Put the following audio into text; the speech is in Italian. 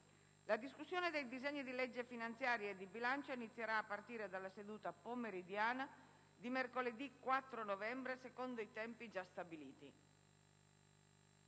La discussione dei disegni di legge finanziaria e di bilancio inizierà a partire dalla seduta pomeridiana di mercoledì 4 novembre, secondo i tempi già stabiliti.